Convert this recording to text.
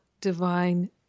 divine